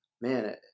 man